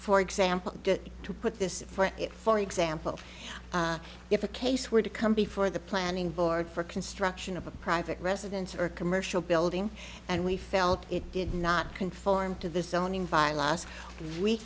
for example to put this for it for example if a case were to come before the planning board for construction of a private residence or commercial building and we felt it did not conform to th